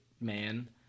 man